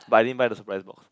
but I didn't buy the surprise box